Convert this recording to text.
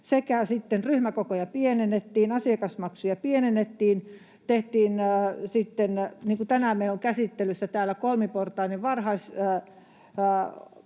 sekä ryhmäkokoja pienennettiin, asiakasmaksuja pienennettiin, tehtiin sitten... — Tänään meillä on käsittelyssä täällä kolmiportainen varhaiskasvatukseen